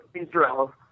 Israel